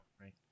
right